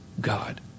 God